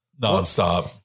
Non-stop